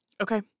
Okay